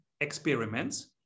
experiments